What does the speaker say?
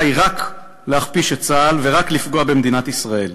רק להכפיש את צה"ל ורק לפגוע במדינת ישראל.